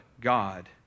God